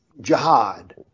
jihad